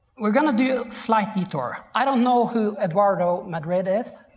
we're gonna do a slight detour. i don't know who eduardo madrid is.